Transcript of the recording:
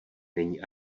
není